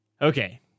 Okay